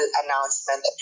announcement